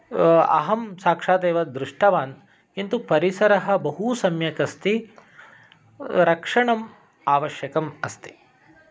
अहं साक्षात् एव दृष्टवान् किन्तु परिसरः बहुसम्यक् अस्ति रक्षणम् आवश्यकम् अस्ति